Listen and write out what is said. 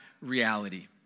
reality